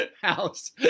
house